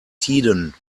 tiden